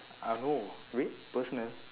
uh no wait personal